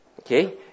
Okay